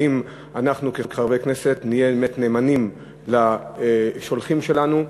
האם אנחנו כחברי הכנסת נהיה באמת נאמנים לשולחים שלנו,